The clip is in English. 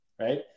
right